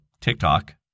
TikTok